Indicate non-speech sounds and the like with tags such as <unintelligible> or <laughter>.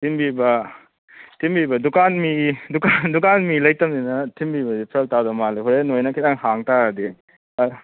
ꯊꯤꯟꯕꯤꯕ ꯊꯤꯟꯕꯤꯕ ꯗꯨꯀꯥꯟ ꯃꯤ ꯗꯨꯀꯥꯟ ꯗꯨꯀꯥꯟ ꯃꯤ ꯂꯩꯇꯝꯅꯤꯅ ꯊꯤꯟꯕꯤꯕꯗꯨ ꯐꯔꯛ ꯇꯥꯗꯧ ꯃꯥꯜꯂꯦ ꯍꯣꯔꯦꯟ ꯅꯣꯏꯅ ꯈꯤꯇꯪ ꯍꯥꯡ ꯇꯥꯔꯗꯤ <unintelligible>